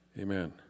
amen